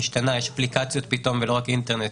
יש פתאום אפליקציות ולא רק אינטרנט,